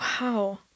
Wow